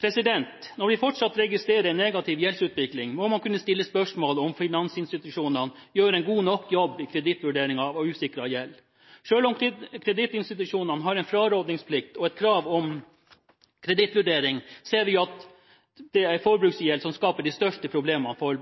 Når vi fortsatt registrerer en negativ gjeldsutvikling, må vi kunne stille spørsmål om hvorvidt finansinstitusjonene gjør en god nok jobb i kredittvurdering av usikret gjeld. Selv om kredittinstitusjonene har en frarådingsplikt og et krav om kredittvurdering, ser vi at det er forbruksgjeld som skaper de største problemene for